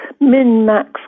min-max